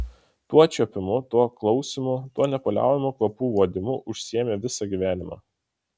tuo čiuopimu tuo klausymu tuo nepaliaujamu kvapų uodimu užsiėmė visą gyvenimą